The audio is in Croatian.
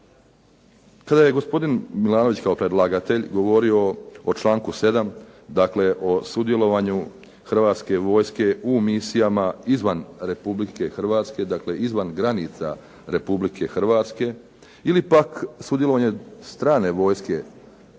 Kada je gospodin Milanović kao predlagatelj govorio o članku 7., dakle o sudjelovanju Hrvatske vojske u misijama izvan Republike Hrvatske, dakle izvan granica Republike Hrvatske ili pak sudjelovanje strane vojske i